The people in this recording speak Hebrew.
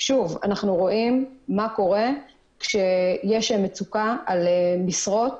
אנחנו רואים מה קורה כשיש מצוקה על משרות